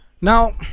Now